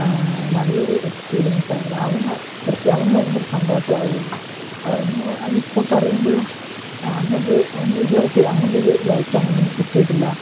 നല്ലൊരു എക്സ്പീരിയൻസ് ആയിരുന്നു അവന് പ്രത്യേകം അവന് ഭയങ്കര സന്തോഷമായിരുന്നു അത് അവന് അവന് ഇപ്പോൾ പറയുമ്പോഴും അങ്ങനെയൊരു അവന് ഇതുവരെ അങ്ങനൊരു ലൈഫിൽ അങ്ങനെയൊന്നും കിട്ടിയിട്ടില്ല